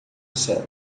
céu